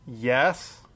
yes